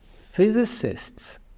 physicists